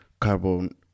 carbon